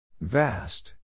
Vast